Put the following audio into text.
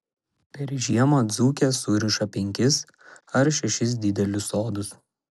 per žiemą dzūkės suriša penkis ar šešis didelius sodus